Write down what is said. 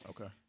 Okay